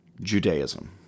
Judaism